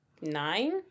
nine